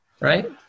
Right